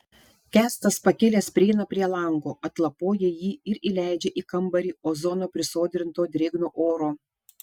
kęstas pakilęs prieina prie lango atlapoja jį ir įleidžia į kambarį ozono prisodrinto drėgno oro